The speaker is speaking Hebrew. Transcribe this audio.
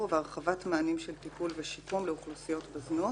והרחבת מענים של טיפול ושיקום לאוכלוסיות בזנות